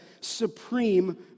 supreme